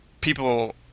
people